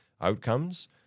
outcomes